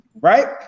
right